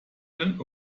will